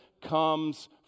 comes